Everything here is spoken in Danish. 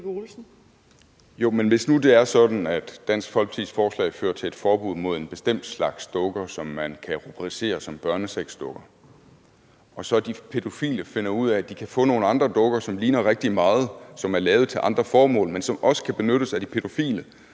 hvis nu det er sådan, at Dansk Folkepartis forslag fører til et forbud mod en bestemt slags dukker, som man kan rubricere som børnesexdukker, og de pædofile så finder ud af, at de kan få nogle andre dukker, som ligner rigtig meget, som er lavet til andre formål, men som også kan benyttes af de pædofile